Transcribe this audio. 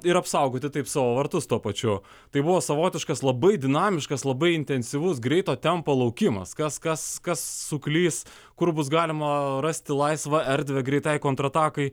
ir apsaugoti taip savo vartus tuo pačiu tai buvo savotiškas labai dinamiškas labai intensyvus greito tempo laukimas kas kas kas suklys kur bus galima rasti laisvą erdvę greitai kontratakai